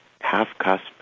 half-cusp